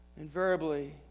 Invariably